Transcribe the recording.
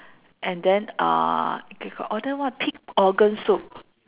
and then uh okay got order what pig organ soup